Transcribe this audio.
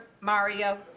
Mario